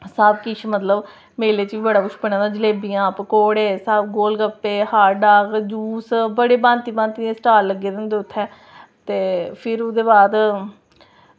सबकिश मतलब मेले च बी सबकुछ बने दा जलेबियां पकौड़े गोल गप्पे हॉटडॉग जूस ओह् बड़े भांति भांति दे स्टॉल लग्गे दे होंदे उत्थें ते फिर ओह्दे बाद